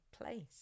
place